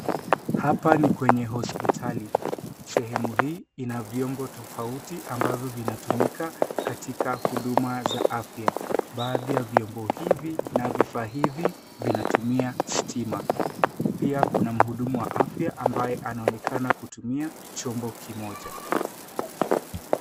Hapa ni kwenye hospitli. Sehemu hii ina vyombo tofauti ambayo vinatumika katika huduma za afya. Baadhi ya vyombo hivi na vifaa hivi vinatumia stima. Pia kuna mhudumu wa afya ambaye anaonekana kutumia chombo kimoja.